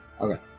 Okay